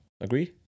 Agree